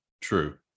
True